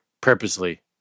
purposely